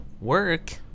Work